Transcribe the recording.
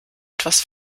etwas